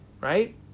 right